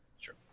Sure